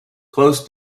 close